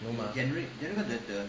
no mah